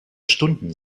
stunden